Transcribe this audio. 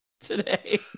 Today